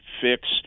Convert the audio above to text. fix